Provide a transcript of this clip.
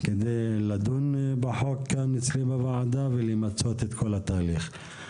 כדי לדון בחוק כאן אצלי בוועדה ולמצות את כל התהליך.